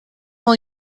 will